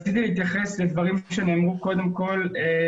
רציתי להתייחס לדברים שאמר יואב.